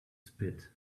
spit